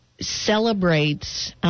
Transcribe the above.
Celebrates